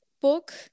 Book